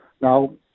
now